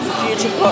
future